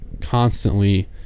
constantly